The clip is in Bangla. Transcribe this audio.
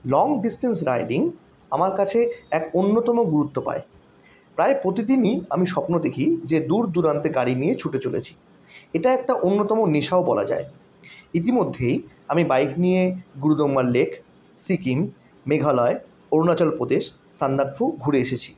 লং ডিস্টেন্স রাইডিং আমার কাছে এক অন্যতম গুরুত্ব পায় প্রায় প্রতিদিনই আমি স্বপ্ন দেখি যে দূর দূরান্তে গাড়ি নিয়ে ছুটে চলেছি এটা একটা অন্যতম নেশাও বলা যায় ইতিমধ্যেই আমি বাইক নিয়ে গুরুডংমার লেক সিকিম মেঘালয় অরুণাচল প্রদেশ সান্দাকফু ঘুরে এসেছি